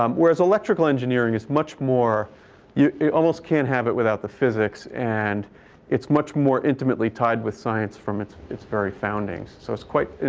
um whereas, electrical engineering is much more you almost can't have it without the physics. and it's much more intimately tied with science, from its its very foundings. so it's quite,